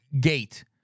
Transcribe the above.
gate